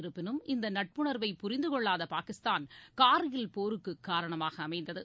இருப்பினும் இந்த நட்புணா்வை புரிந்து கொள்ளாத பாகிஸ்தான் கார்கில் போருக்கு காரணமாக அமைந்தது